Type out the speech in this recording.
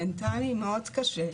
מנטאלי מאוד קשה,